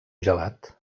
gelat